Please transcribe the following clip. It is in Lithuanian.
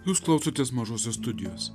jūs klausotės mažosios studijos